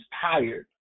tired